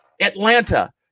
Atlanta